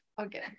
okay